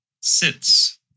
sits